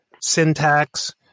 syntax